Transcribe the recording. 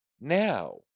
now